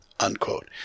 Unquote